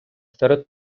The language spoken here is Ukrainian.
серед